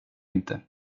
inte